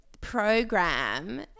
Program